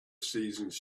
seasons